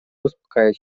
uspokajać